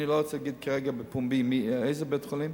אני לא רוצה להגיד כרגע בפומבי איזה בית-חולים,